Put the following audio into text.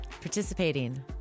participating